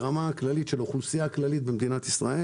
ברמה הכללית של האוכלוסייה הכללית במדינת ישראל